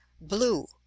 blue